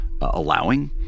allowing